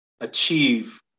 achieve